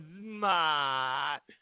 smart